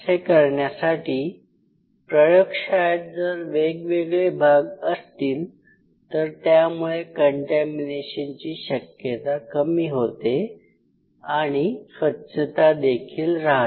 असे करण्यासाठी प्रयोगशाळेत जर वेगवेगळे भाग असतील तर त्यामुळे कंटॅमीनेशनची शक्यता कमी होते आणि स्वच्छता देखील राहते